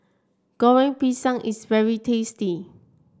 Goreng Pisang is very tasty